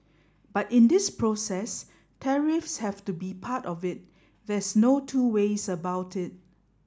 but in this process tariffs have to be part of it there's no two ways about it